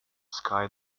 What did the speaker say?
sky